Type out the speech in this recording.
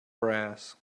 brass